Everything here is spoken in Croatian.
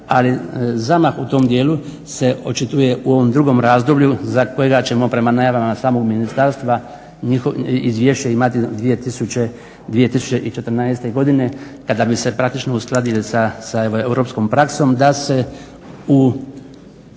Ali zamah u tom dijelu se očituje u ovom drugom razdoblju za kojeg ćemo prema najavama samog ministarstva izvješće imati 2014. godine kada bi se praktički uskladili sa europskom praksom da se u